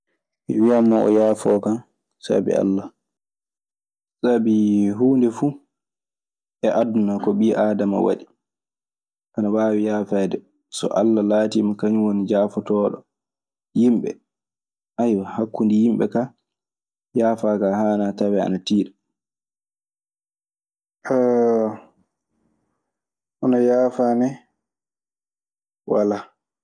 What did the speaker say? Mi wiyan mo o yaafoo kan sabi Alla. Sabi huunde fuu e aduna ko ɓii aadama waɗi, ana waawi yaafaade. So Alla laatiima kañun woni jaafotooɗo yimɓe, hakkunde yimɓe kaa, yaafaa kaa haanaa tawee ana tiiɗi. Hono yaafaa ne walaa.